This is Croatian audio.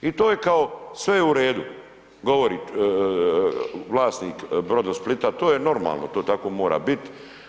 I to je kao, sve je u redu, govori vlasnik Brodosplita, to je normalno, to tako mora biti.